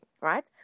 right